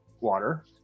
water